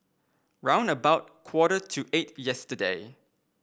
round about quarter to eight yesterday